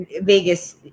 Vegas